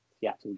Seattle